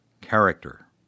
character